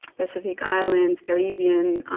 pacific islands, caribbean,